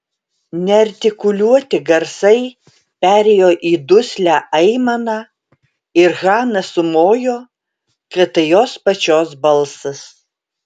neartikuliuoti garsai perėjo į duslią aimaną ir hana sumojo kad tai jos pačios balsas